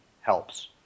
helps